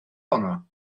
honno